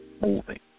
moving